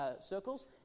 circles